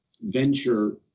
venture